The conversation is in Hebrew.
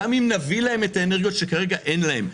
גם אם נביא להם את האנרגיות שכרגע אין להם.